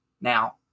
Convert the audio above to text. Now